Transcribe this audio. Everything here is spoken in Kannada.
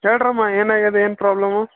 ಹೇಳ್ರಮ್ಮಾ ಏನಾಗ್ಯದ ಏನು ಪ್ರಾಬ್ಲಮ್ಮು